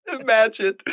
Imagine